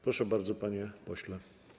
Proszę bardzo, panie pośle.